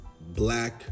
black